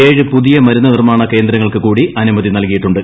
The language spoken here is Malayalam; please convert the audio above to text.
ഏഴ് പുതിയ മ്രുന്ന് നിർമ്മൂാണ കേന്ദ്രങ്ങൾക്ക് കൂടി അനുമതി നൽകിയിട്ടുണ്ട്